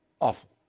Awful